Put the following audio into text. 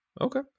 Okay